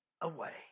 away